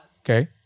Okay